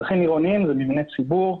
מבני ציבור,